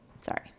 Sorry